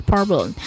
Problem